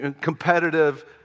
competitive